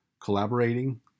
collaborating